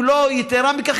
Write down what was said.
אם לא יתרה מכך,